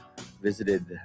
visited